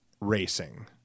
Racing